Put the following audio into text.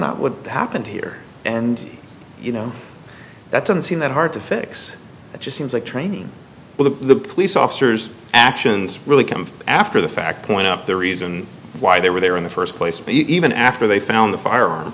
not what happened here and you know that doesn't seem that hard to fix it just seems like training with the police officers actions really come after the fact point out the reason why they were there in the first place but even after they found the firearm